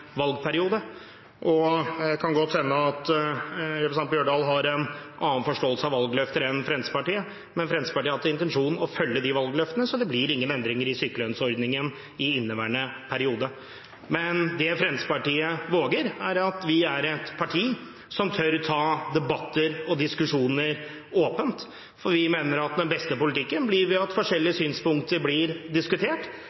valgperiode. Det kan godt hende at representanten Bjørdal har en annen forståelse av valgløfter enn Fremskrittspartiet har, men Fremskrittspartiet har som intensjon å følge valgløftene, så det blir ingen endringer i sykelønnsordningen i inneværende periode. Det Fremskrittspartiet våger, er å være et parti som tør å ta debatter og diskusjoner åpent, for vi mener at den beste politikken blir til ved at forskjellige